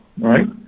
right